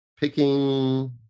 picking